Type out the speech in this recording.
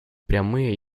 прямые